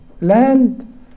land